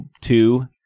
two